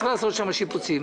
צריך לעשות שם שיפוצים.